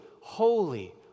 holy